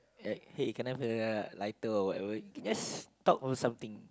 right hey can I have a lighter or whatever let's talk on something